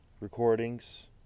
recordings